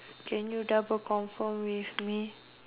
can you double confirm with me